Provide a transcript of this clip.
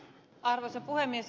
arvoisa puhemies